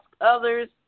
others